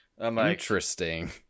Interesting